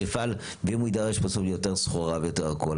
ואם הוא יידרש בסוף יותר סחורה ויותר הכול,